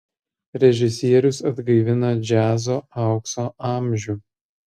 režisierius atgaivina džiazo aukso amžių